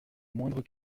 moindre